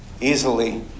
easily